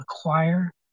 acquire